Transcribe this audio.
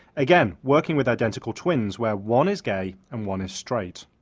again, working with identical twins where one is gay and one is straight.